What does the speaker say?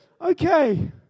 Okay